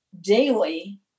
daily